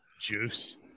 Juice